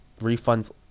refunds